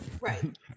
right